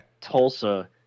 Tulsa